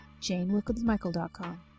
janewilkinsmichael.com